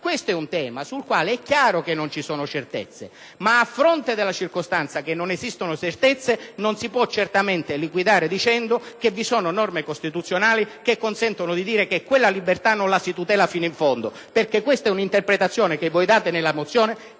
Questo è un tema sul quale è chiaro che non ci sono certezze. Ma, a fronte della circostanza che non esistono certezze, non si può certamente liquidare dicendo che vi sono norme costituzionali che consentono di dire che quella libertà non la si tutela fino in fondo, perché questa è un'interpretazione che voi date nella vostra